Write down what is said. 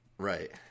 Right